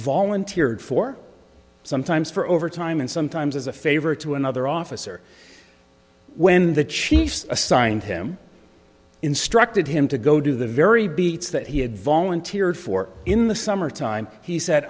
volunteered for sometimes for overtime and sometimes as a favor to another officer when the chiefs assign and him instructed him to go do the very beats that he had volunteered for in the summertime he said